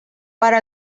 para